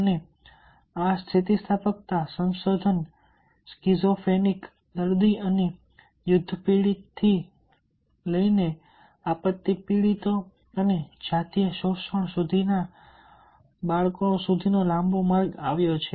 અને આ સ્થિતિસ્થાપકતા સંશોધન સ્કિઝોફ્રેનિક દર્દી અને યુદ્ધથી પીડિત લોકોથી લઈને આપત્તિ પીડિતો અને જાતીય શોષણ સુધીના બાળકો સુધી લાંબો માર્ગ આવ્યો છે